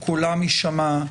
קולם יישמע,